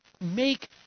make